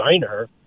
designer